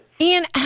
Ian